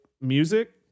music